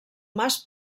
mas